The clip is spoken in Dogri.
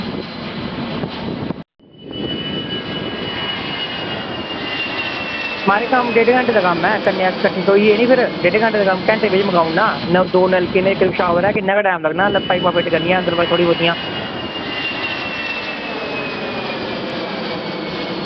म्हाराज कम्म ड़ेढ़ घैंटे दा कम्म ऐ घैंटे च मुकाई ओड़ना दो नलके न इक्क शॉवर ऐ किन्ना गै टैम लग्गना पाइपां फिट करनियां थोह्ड़ी बहुत